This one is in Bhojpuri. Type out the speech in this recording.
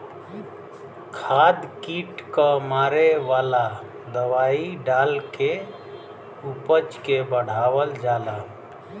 खाद कीट क मारे वाला दवाई डाल के उपज के बढ़ावल जाला